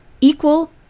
equal